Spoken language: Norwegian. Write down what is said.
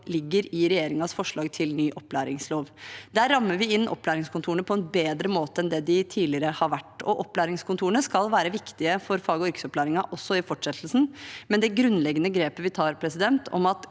ligger i regjeringens forslag til ny opplæringslov. Der rammer vi inn opplæringskontorene på en bedre måte enn det de tidligere har vært, og opplæringskontorene skal være viktige for fag- og yrkesopplæringen også i fortsettelsen. Det grunnleggende grepet vi tar, er at